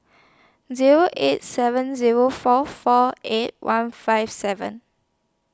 Zero eight seven Zero four four eight one five seven